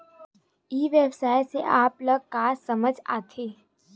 ई व्यवसाय से आप ल का समझ आथे?